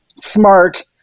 smart